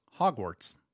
Hogwarts